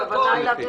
הכוונה היא להעביר